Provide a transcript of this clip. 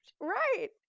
Right